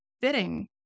fitting